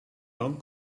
dan